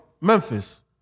Memphis